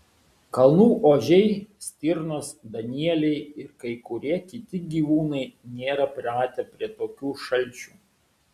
kalnų ožiai stirnos danieliai ir kai kurie kiti gyvūnai nėra pratę prie tokių šalčių